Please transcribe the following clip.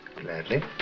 Gladly